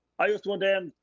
i just want to end,